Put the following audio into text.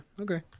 okay